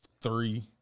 three